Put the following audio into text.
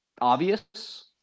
obvious